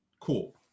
Cool